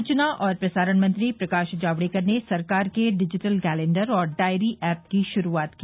सूचना और प्रसारण मंत्री प्रकाश जावडेकर ने सरकार के डिजिटल कैलेण्डर और डायरी ऐप की शुरूआत की